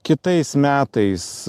kitais metais